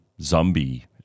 zombie